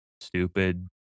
stupid